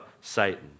Satan